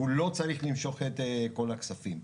והוא לא צריך למשוך את כל הכספים.